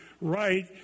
right